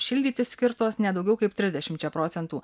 šildytis skirtos ne daugiau kaip trisdešimčia procentų